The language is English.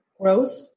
growth